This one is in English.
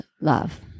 love